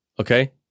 Okay